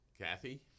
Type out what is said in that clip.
Kathy